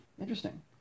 Interesting